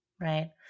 Right